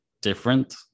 different